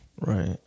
Right